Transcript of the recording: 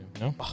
No